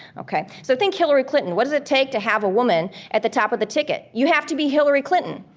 okay, so think hillary clinton. what does it take to have a woman at the top of the ticket? you have to be hillary clinton.